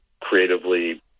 creatively